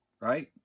right